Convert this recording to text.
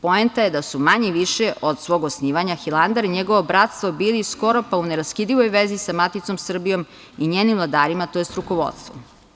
Poenta je da su manje-više od svog osnivanja Hilandar i njegovo bratstvo bili skoro pa u neraskidivoj vezi sa maticom Srbijom i njenim vladarima, tj. rukovodstvom.